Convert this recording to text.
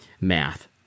math